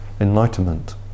enlightenment